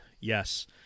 Yes